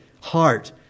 heart